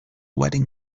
wedding